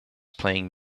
playing